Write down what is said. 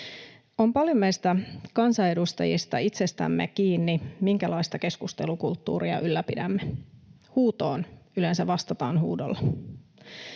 On paljon meistä kansanedustajista itsestämme kiinni, minkälaista keskustelukulttuuria ylläpidämme. Huutoon yleensä vastataan huudolla.